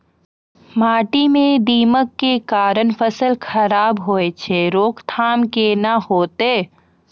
माटी म दीमक के कारण फसल खराब होय छै, रोकथाम केना होतै?